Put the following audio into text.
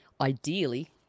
Ideally